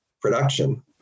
production